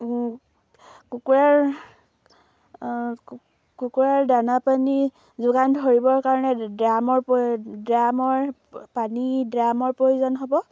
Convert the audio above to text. কুকুৰাৰ কুকুৰাৰ দানা পানী যোগান ধৰিবৰ কাৰণে ড্ৰামৰ ড্ৰামৰ পানী ড্ৰামৰ প্ৰয়োজন হ'ব